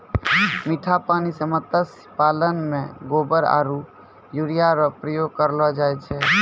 मीठा पानी मे मत्स्य पालन मे गोबर आरु यूरिया रो प्रयोग करलो जाय छै